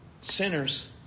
Sinners